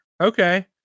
Okay